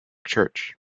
church